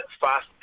fast